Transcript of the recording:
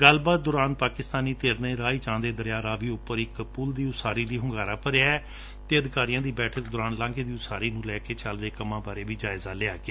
ਗੱਲਬਾਤ ਦੌਰਾਨ ਪਾਕਿਸਤਾਨੀ ਧਿਰ ਨੇ ਰਾਹ ਵਿੱਚ ਆਉਦੇ ਦਰਿਆ ਰਾਵੀ ਉਂਪਰ ਇੱਕ ਪੁਲ ਦੀ ਉਸਾਰੀ ਲਈ ਹੁੰਗਾਰਾ ਭਰਿਆ ਹੈ ਅਤੇ ਅਧਿਕਾਰੀਆਂ ਦੀ ਬੈਠਕ ਦੌਰਾਨ ਲਾਂਘੇ ਦੀ ਉਸਾਰੀ ਨੂੰ ਲੈਕੇ ਚੱਲ ਰਹੇ ਕੰਮਾਂ ਬਾਰੇ ਵੀ ਜਾਇਜਾ ਲਿਆ ਗਿਆ